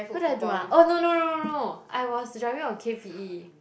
what did I do ah oh no no no no no I was driving on k_p_e